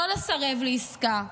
לא לסרב לעסקה.